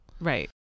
Right